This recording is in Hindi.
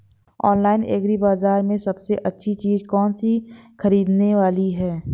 ऑनलाइन एग्री बाजार में सबसे अच्छी चीज कौन सी ख़रीदने वाली है?